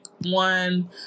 one